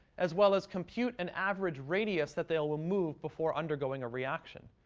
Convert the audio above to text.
as well as compute an average radius that they'll remove before undergoing a reaction.